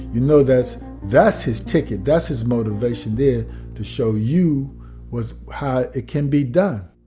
you know, that's that's his ticket. that's his motivation there to show you what's how it can be done